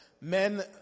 men